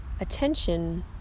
attention